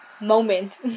moment